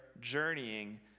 journeying